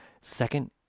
second